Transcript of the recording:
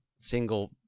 single